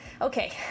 Okay